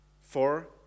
four